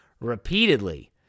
repeatedly